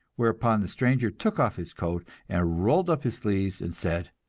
whereupon the stranger took off his coat and rolled up his sleeves and said,